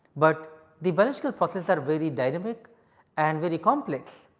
but the biological processes are very dynamic and very complex.